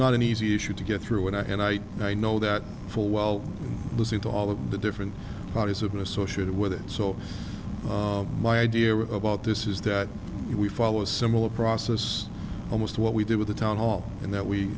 not an easy issue to get through and i and i i know that full well listening to all of the different parties have been associated with it so my idea about this is that we follow a similar process almost what we do with the town hall in that we